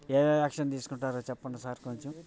ఏమేం యాక్షన్ తీసుకుంటారో చెప్పండి సార్ కొంచం